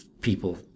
people